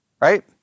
Right